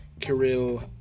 Kirill